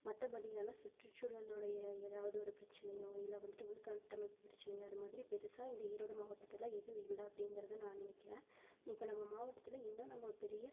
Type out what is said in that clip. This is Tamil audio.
மற்ற படியான சுற்றுசூழலுடைய ஏதாவது ஒரு பிரச்சனையோ இல்லை வந்துட்டு உள்கட்டமைப்பு பிரச்சனையோ அதுமாதிரி பெருசாக இந்த ஈரோடு மாவட்டத்தில் எதுவும் இல்லை அப்படிங்குறது தான் நான் நினைக்கிறேன் இப்போது நம்ம மாவட்டத்தில் இன்னும் நம்ம பெரிய